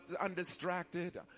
undistracted